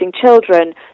children